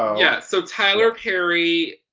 yeah, so tyler perry